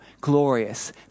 glorious